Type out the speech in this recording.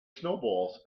snowballs